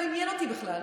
לא עניין אותי בכלל.